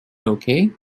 okay